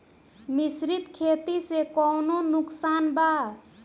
मिश्रित खेती से कौनो नुकसान बा?